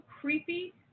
creepy